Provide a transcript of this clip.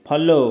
follow